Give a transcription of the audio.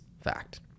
fact